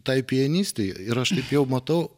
tai pianistei ir aš taip jau matau